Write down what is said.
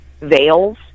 veils